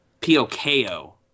P-O-K-O